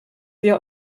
wir